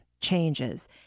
changes